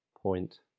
point